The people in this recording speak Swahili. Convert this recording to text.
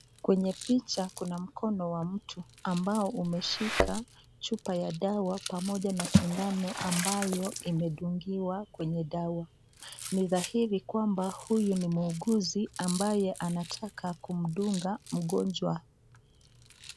Kwenye picha kuna mkono wa mtu ambao umeshika chupa ya dawa pamoja na sindano ambayo imedungiwa kwenye dawa. Ni dhahiri kwamba huyu ni muuguzi ambaye anataka kumdunga mgonjwa.